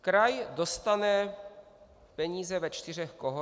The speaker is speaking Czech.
Kraj dostane peníze ve čtyřech kohortách.